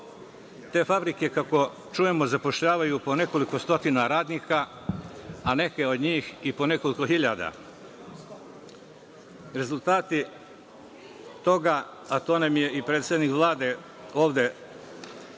Te fabrike, kako čujemo, zapošljavaju po nekoliko stotina radnika, a neke od njih i po nekoliko hiljada. Rezultati toga, a to nam je i predsednik Vlade ovde